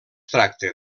tracta